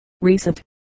Recent